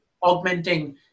augmenting